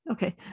Okay